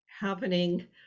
happening